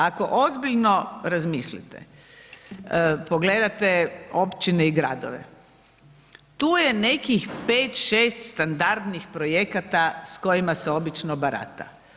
Ako ozbiljno razmislite, pogledate te općine i gradove, tu je nekih 5, 6 standardnih projekata s kojima se obično barata.